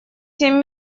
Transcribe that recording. семь